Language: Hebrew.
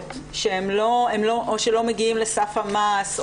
הכיסאות או שלא מגיעים לסף המס.